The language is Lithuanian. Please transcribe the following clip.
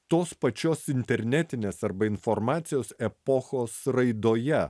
tos pačios internetinės arba informacijos epochos raidoje